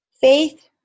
Faith